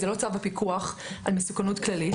זה לא צו הפיקוח על מסוכנות כללית,